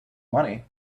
money